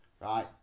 right